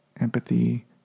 empathy